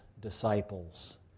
disciples